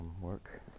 work